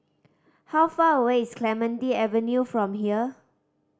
how far away is Clementi Avenue from here